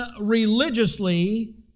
religiously